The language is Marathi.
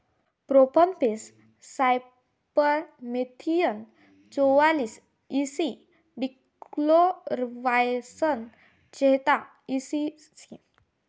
प्रोपनफेस सायपरमेथ्रिन चौवालीस इ सी डिक्लोरवास्स चेहतार ई.सी